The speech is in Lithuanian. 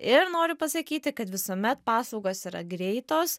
ir noriu pasakyti kad visuomet paslaugos yra greitos